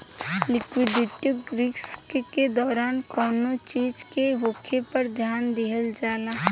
liquidity risk के दौरान कौनो चीज के होखे पर ध्यान दिहल जाला